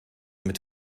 met